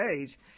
age